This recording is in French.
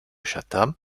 chatham